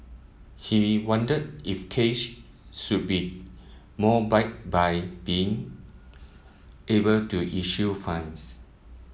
he wondered if case should be more bite by being able to issue fines